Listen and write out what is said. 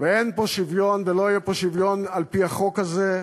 אין פה שוויון ולא יהיה פה שוויון על-פי החוק הזה.